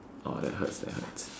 orh that hurts that hurts